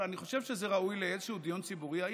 אבל אני חושב שזה ראוי לאיזשהו דיון ציבורי אם